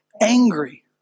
angry